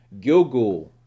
Gilgul